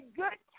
good